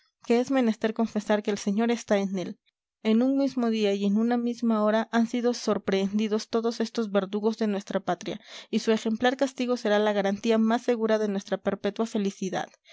que es menester confesar que el señor está en él en un mismo día y en una misma hora han sido sorprehendidos todos estos verdugos de nuestra patria y su exemplar castigo será la garantía más segura de nuestra perpetua felicidad